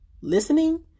Listening